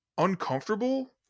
uncomfortable